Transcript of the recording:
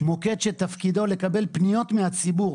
מוקד שתפקידו לקבל פניות מהציבור,